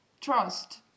trust